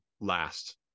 last